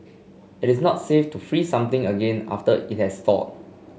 it is not safe to freeze something again after it has thawed